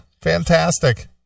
Fantastic